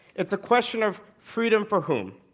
it's a question of freedom for whom?